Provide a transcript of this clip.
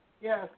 yes